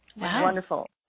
Wonderful